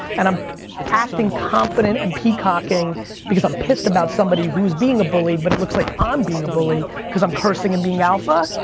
and i'm acting confident and peacocking because i'm pissed about somebody who's being a bully, but it looks like i'm being a bully cause i'm cursing and being alpha,